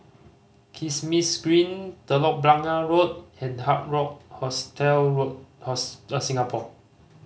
Kismis Green Telok Blangah Road and Hard Rock Hostel Road Hostel Singapore